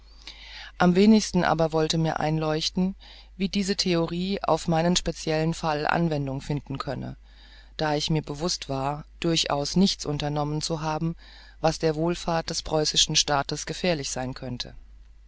am wenigsten aber wollte mir einleuchten wie diese theorie auf meinen speziellen fall anwendung finden könne da ich mir bewußt war durchaus nichts unternommen zu haben was der wohlfahrt des preußischen staates gefährlich sein könnte